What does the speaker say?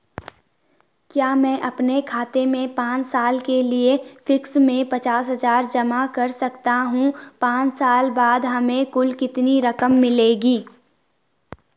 क्या मैं अपने खाते में पांच साल के लिए फिक्स में पचास हज़ार जमा कर सकता हूँ पांच साल बाद हमें कुल कितनी रकम मिलेगी?